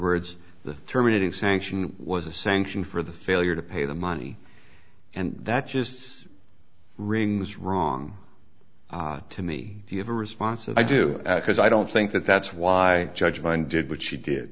words the terminating sanction was a sanction for the failure to pay the money and that just rings wrong to me if you have a response and i do because i don't think that that's why judge mind did what she did